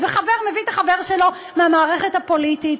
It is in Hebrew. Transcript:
וחבר מביא את החבר שלו מהמערכת הפוליטית,